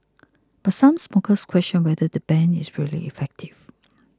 but some smokers question whether the ban is really effective